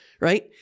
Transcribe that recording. right